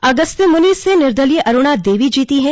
अगस्त्यमुनि से निर्दलीय अरुणा देवी जीती हैं